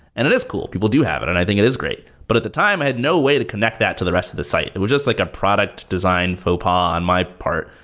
and it is cool. people do have it, and i think it is great. but at the time, i had no way to connect that to the rest of the site. it was just like a product design faux so pas on my part,